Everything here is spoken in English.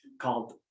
called